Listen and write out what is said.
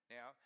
Now